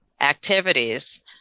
activities